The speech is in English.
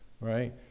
Right